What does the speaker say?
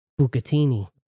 Bucatini